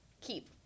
keep